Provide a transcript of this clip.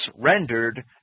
rendered